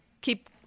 keep